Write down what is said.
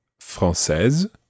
Française